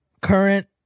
current